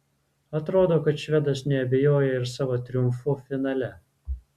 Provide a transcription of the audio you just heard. atrodo kad švedas neabejoja ir savo triumfu finale